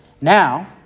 Now